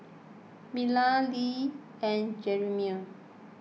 Marla Lea and Jeremie